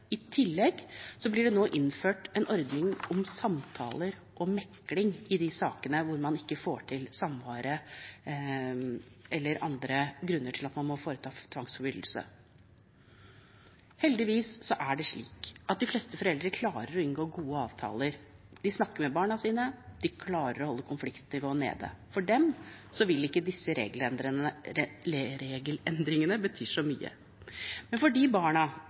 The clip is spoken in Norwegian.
I tillegg blir det nå innført en ordning med samtaler og megling i de sakene hvor man ikke får til samværet, eller hvor det er andre grunner til at man må foreta tvangsfullbyrdelse. Heldigvis er det slik at de fleste foreldre klarer å inngå gode avtaler. De snakker med barna sine, og de klarer å holde konfliktnivået nede. For dem vil ikke disse regelendringene bety så mye, men for de barna